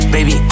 Baby